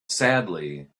sadly